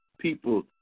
people